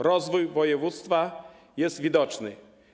Rozwój województwa jest widoczny.